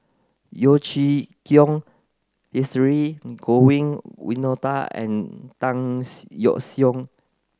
Yeo Chee Kiong Dhershini Govin Winodan and Tan Yeok Seong